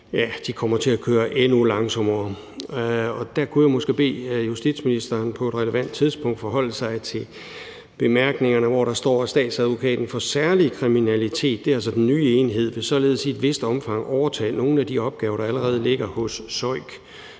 – kommer til at køre endnu langsommere. Og der kunne jeg måske bede justitsministeren om på et relevant tidspunkt at forholde sig til bemærkningerne, hvor der står, at »Statsadvokaten for Særlig Kriminalitet« – det er altså den nye enhed – »vil således i et vist omfang overtage nogle af de opgaver, der allerede ligger hos